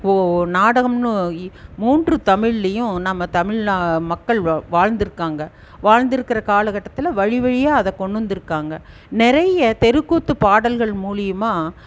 ஓ நாடகம்ன்னு மூன்று தமிழ்லேயும் நம்ம தமிழில் மக்கள் வாழ்ந்து இருக்காங்க வாழ்ந்துருக்கிற கால கட்டத்தில் வழி வழியாக அதை கொண்டு வந்திருக்காங்க நிறைய தெருக்கூத்து பாடல்கள் மூலயமா